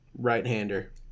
right-hander